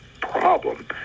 problem